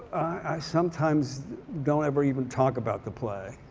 i sometimes don't ever even talk about the play